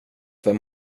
vem